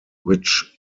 which